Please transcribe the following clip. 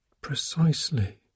precisely